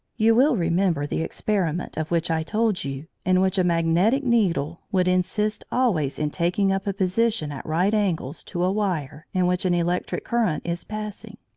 you will remember the experiment of which i told you, in which a magnetic needle would insist always in taking up a position at right angles to a wire in which an electric current is passing.